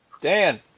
Dan